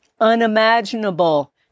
Unimaginable